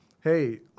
hey